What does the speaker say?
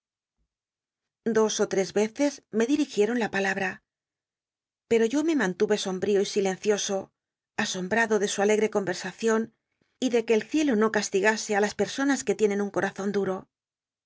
dos ó tres i'cccs me dirigieron la p íiallt'a pero yo me manllii'c sombrío y silencioso asom brado de su alegre conl'crsacion y de que el ciclo no castigase i las personas que tienen un cotazon duro